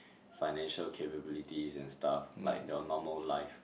financial capabilities and stuff like your normal life